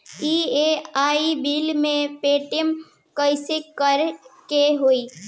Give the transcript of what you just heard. EMI bill के payment कइसे करे के होई?